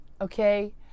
okay